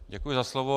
Děkuji za slovo.